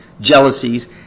jealousies